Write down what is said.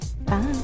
bye